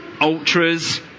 ultras